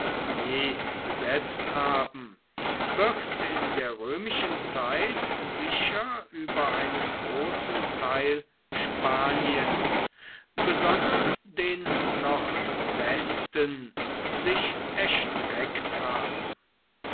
besetzt haben wird in der römischen zeit sicher über einen großen teil spaniens besonders den nordwesten sich erstreckt haben